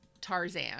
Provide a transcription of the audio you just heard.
Tarzan